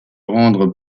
rendre